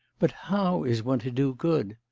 but how is one to do good?